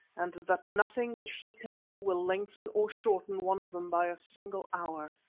and that nothing which he can do will lengthen or shorten one of them by a single hour.